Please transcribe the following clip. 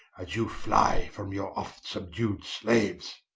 as you flye from your oft-subdued slaues.